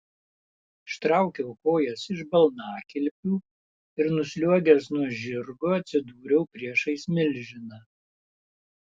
ištraukiau kojas iš balnakilpių ir nusliuogęs nuo žirgo atsidūriau priešais milžiną